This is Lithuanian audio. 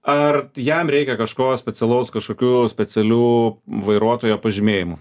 ar jam reikia kažko specialaus kažkokių specialių vairuotojo pažymėjimų